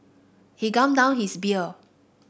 he gulped down his beer